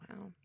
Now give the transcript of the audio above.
wow